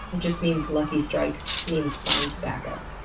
it just means, lucky strike means fine tobacco.